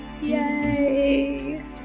Yay